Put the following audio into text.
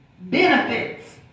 Benefits